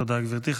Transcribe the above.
תודה, גברתי.